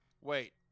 Wait